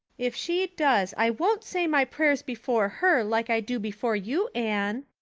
if she does i won't say my prayers before her like i do before you, anne.